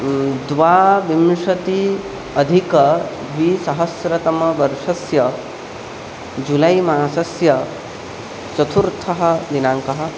द्वाविंशति अधिकद्विसहस्रतमवर्षस्य जुलै मासस्य चतुर्थदिनाङ्कः